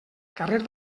carrer